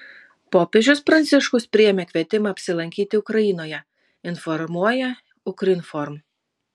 popiežius pranciškus priėmė kvietimą apsilankyti ukrainoje informuoja ukrinform